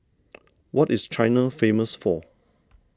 what is China famous for